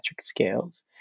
scales